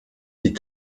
die